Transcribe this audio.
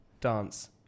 dance